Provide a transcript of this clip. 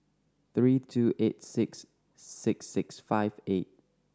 three two eight six six six five eight